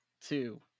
two